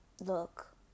look